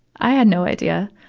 i had no idea.